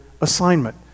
assignment